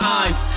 eyes